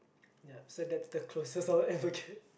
yup so that's the closest I will ever get